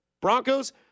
Broncos